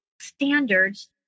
standards